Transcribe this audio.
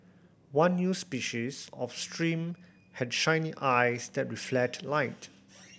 one new species of stream had shiny eyes that reflect light